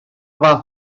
fath